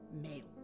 male